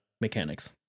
mechanics